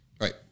Right